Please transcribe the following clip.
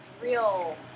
real